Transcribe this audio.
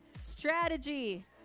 Strategy